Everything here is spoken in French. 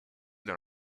dans